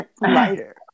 Lighter